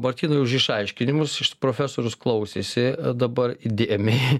martynui už išaiškinimus profesorius klausėsi dabar įdėmiai